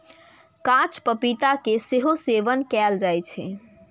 कांच पपीता के सेहो सेवन कैल जाइ छै